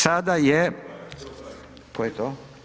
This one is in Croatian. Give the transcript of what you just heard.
Sada je, tko je to?